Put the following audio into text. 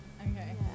Okay